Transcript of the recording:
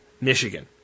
Michigan